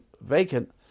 vacant